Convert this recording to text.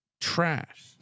trash